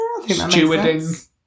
Stewarding